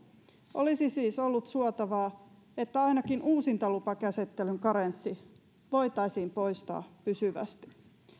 olisi siis ollut suotavaa että ainakin uusintalupakäsittelyn karenssi voitaisiin poistaa pysyvästi